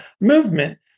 movement